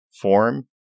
form